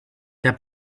der